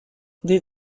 des